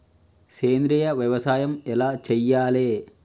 సేంద్రీయ వ్యవసాయం ఎలా చెయ్యాలే?